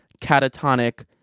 catatonic